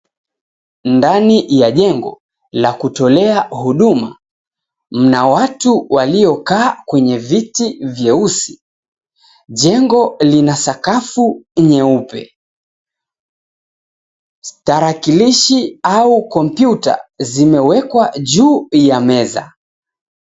Ndani ya jengo la kutolea huduma mna watu waliokaa kwenye viti vyeusi, jengo lina sakafu nyeupe. Tarakilishi au kompyuta zimewekwa juu ya meza.